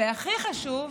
והכי חשוב,